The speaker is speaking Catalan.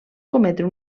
cometre